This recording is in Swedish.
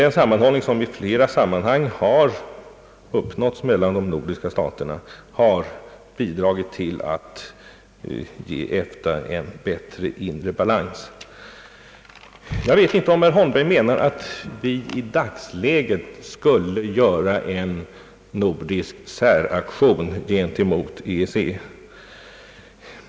Jag vet inte om herr Holmberg menar att vi just nu skulle göra en nordisk säraktion gentemot EEC.